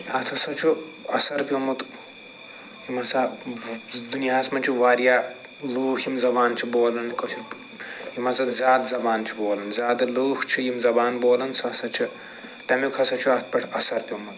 اتھ ہسا چھُ اثر پیٛومُت یِم ہسا دُنیاہس منٛز چھِ واریاہ لوٗکھ یِم زبان چھِ بولان کٲشِر پٲٹھۍ یِم ہسا زیادٕ زبان چھِ بولان زیادٕ لوٗکھ چھِ یِم زبان بولان سُہ ہسا چھِ تٔمیٛک ہسا چھُ اَتھ پٮ۪ٹھ اثر پیٛومُت